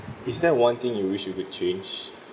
is there one thing you wish you could change